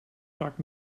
vaak